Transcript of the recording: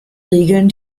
regeln